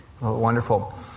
Wonderful